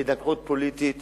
להתנגחות פוליטית